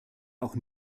auch